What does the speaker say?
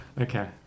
Okay